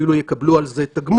כי יקבלו על זה תגמול